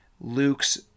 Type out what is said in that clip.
Luke's